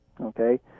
Okay